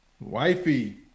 wifey